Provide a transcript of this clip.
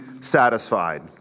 satisfied